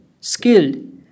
skilled